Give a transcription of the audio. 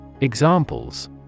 Examples